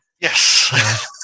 Yes